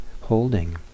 holding